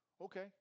Okay